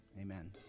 amen